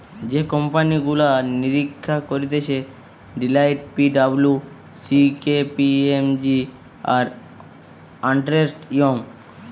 যে কোম্পানি গুলা নিরীক্ষা করতিছে Deloitte, P W C, K P M G, আর আর্নেস্ট ইয়ং